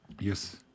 yes